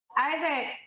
isaac